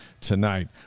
tonight